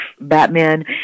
Batman